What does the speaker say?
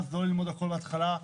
לא ללמוד הכול מההתחלה,